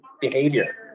behavior